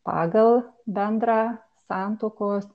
pagal bendrą santuokos